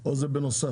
או שזה בנוסף?